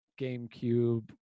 GameCube